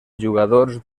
jugadors